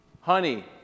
Honey